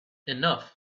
enough